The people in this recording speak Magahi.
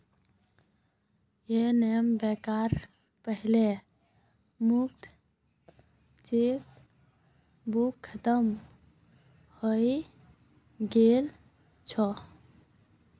यूनियन बैंकेर पहला मुक्त चेकबुक खत्म हइ गेल छ